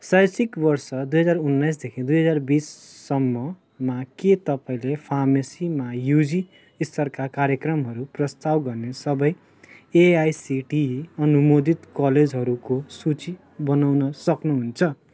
शैक्षिक वर्ष दुई हजार उन्नाइसदेखि दुई हजार बिससम्ममा के तपाईँले फार्मेसीमा युजी स्तरका कार्यक्रमहरू प्रस्ताव गर्ने सबै एआइसिटिई अनुमोदित कलेजहरूको सूची बनाउन सक्नुहुन्छ